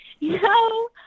No